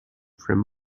from